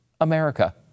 America